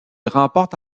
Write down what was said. remporte